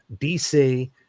DC